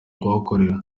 kuhakorera